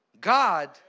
God